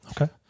Okay